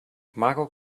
marco